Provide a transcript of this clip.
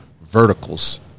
verticals